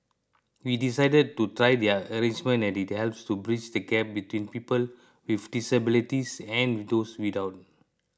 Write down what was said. we decided to try the arrangement as it helps to bridge the gap between people with disabilities and those without